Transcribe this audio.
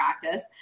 practice